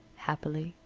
happily.